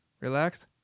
relax